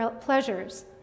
pleasures